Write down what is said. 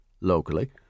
locally